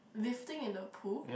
lifting in the pool